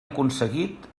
aconseguit